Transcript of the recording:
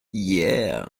yeah